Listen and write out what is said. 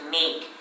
make